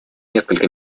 несколько